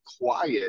quiet